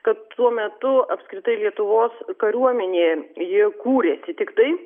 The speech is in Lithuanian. kad tuo metu apskritai lietuvos kariuomenė ji kūrėsi tiktai